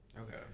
Okay